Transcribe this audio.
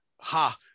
ha